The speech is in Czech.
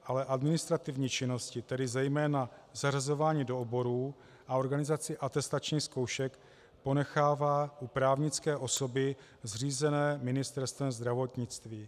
Ale administrativní činnosti, tedy zejména zařazování do oborů a organizaci atestačních zkoušek, ponechává u právnické osoby zřízené Ministerstvem zdravotnictví.